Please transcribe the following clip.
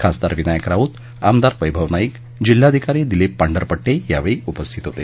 खासदार विनायक राऊत आमदार वैभव नाईक जिल्हाधिकारी दिलीप पांढरपट्टे यावेळी उपस्थित होते